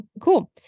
Cool